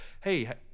hey